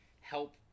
help